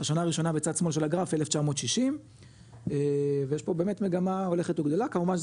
השנה הראשונה בצד שמאל של הגרף 1960 ויש פה באמת מגמה הולכת וגדלה,